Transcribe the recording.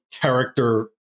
character